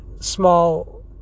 small